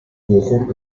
bochum